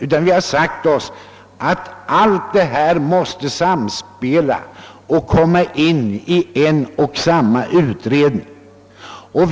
Vi har i stället sagt oss att man inom en och samma utredning måste ta hänsyn till alla dessa synpunkter.